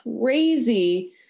crazy